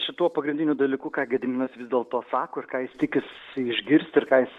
šituo pagrindiniu dalyku ką gediminas vis dėlto sako ir ką jis tikisi išgirsti ir ką jis